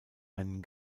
einen